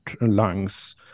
lungs